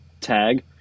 tag